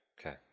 Okay